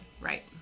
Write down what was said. right